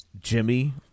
Jimmy